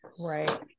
right